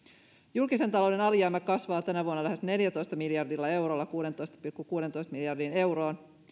julkisen talouden alijäämä kasvaa tänä vuonna lähes neljällätoista miljardilla eurolla kuuteentoista pilkku kuuteentoista miljardiin euroon